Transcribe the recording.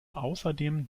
außerdem